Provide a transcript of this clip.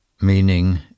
meaning